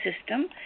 system